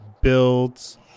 builds